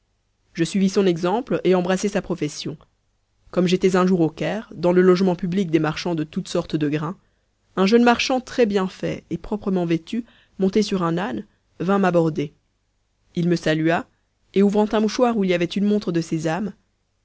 je suivis son exemple et embrassai sa profession comme j'étais un jour au caire dans le logement public des marchands de toutes sortes de grains un jeune marchand très-bien fait et proprement vêtu monté sur un âne vint m'aborder il me salua et ouvrant un mouchoir où il y avait une montre de